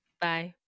Bye